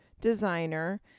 designer